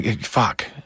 Fuck